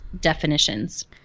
definitions